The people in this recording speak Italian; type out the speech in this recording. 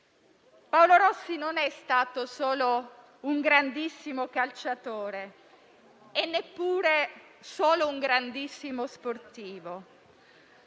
Paolo Rossi non è stato solo un grandissimo calciatore e neppure solo un grandissimo sportivo.